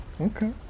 Okay